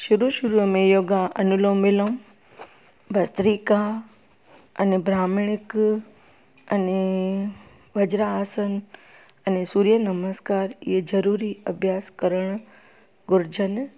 शुरू शुरूअ में योगा अनुलोम विलोम भस्त्रिका अने भ्रामरी अने वज्रासन अने सूर्य नमस्कार इहे ज़रूरी अभ्यासु करणु घुरिजनि